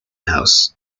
house